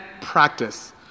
practice